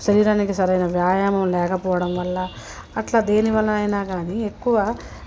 శరీరానికి సరైన వ్యాయామం లేకపోవడం వల్ల అట్ల దేనివల్లనైనా గానీ ఎక్కువ